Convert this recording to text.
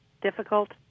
difficult